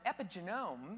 epigenome